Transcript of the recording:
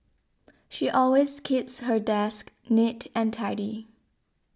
she always keeps her desk neat and tidy